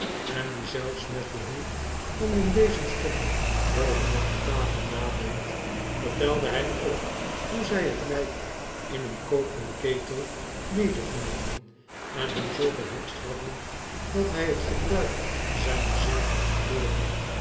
en dien zelfs met behulp van een bezemstok boven op de tafel nadeed vertelde hy ook hoe zy het lijk in een koperen ketel medegenomen en hem zoo behekst hadden dat hy het gebruik zyner zinneji had verloren